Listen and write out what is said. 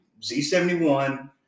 Z71